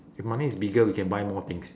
if money is bigger we can buy more things